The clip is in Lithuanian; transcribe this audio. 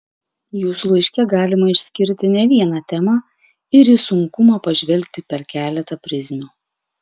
jūsų laiške galima išskirti ne vieną temą ir į sunkumą pažvelgti per keletą prizmių